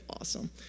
awesome